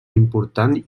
important